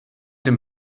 dem